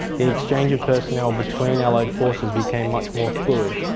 the exchange of personnel between allied forces became much more fluid